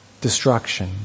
destruction